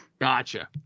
Gotcha